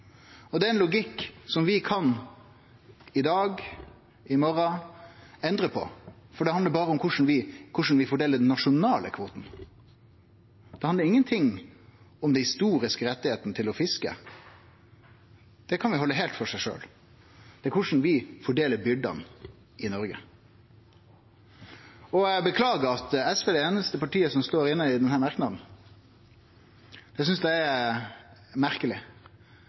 Det er ein logikk som vi – i dag, i morgon – kan endre på, for det handlar berre om korleis vi fordeler den nasjonale kvoten. Det handlar ingenting om dei historiske rettane til å fiske. Det kan vi halde heilt for seg sjølv. Det er korleis vi fordeler byrdene i Noreg. Eg beklagar at SV er det einaste partiet som står inne i denne merknaden. Eg synest det er merkeleg,